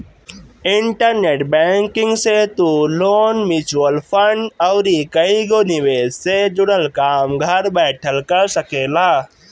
internet banking से तू loan, mutual fund अउरी कईगो निवेश से जुड़ल काम घर बैठल कर सकेला